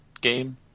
game